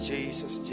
Jesus